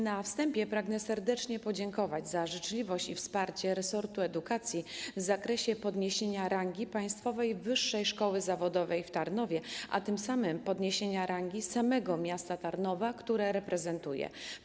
Na wstępie pragnę serdecznie podziękować za życzliwość i wsparcie resortu edukacji, jeśli chodzi o podniesienie rangi Państwowej Wyższej Szkoły Zawodowej w Tarnowie, a tym samym podniesienie rangi samego miasta Tarnowa, które reprezentuję.